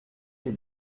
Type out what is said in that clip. les